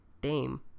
Dame